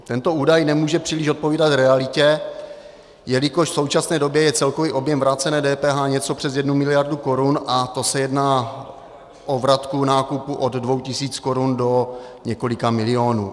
Tento údaj nemůže příliš odpovídat realitě, jelikož v současné době je celkový objem vrácené DPH něco přes 1 miliardu korun, a to se jedná o vratku nákupu od 2 tisíc korun do několika milionů.